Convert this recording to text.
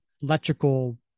electrical